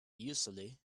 usually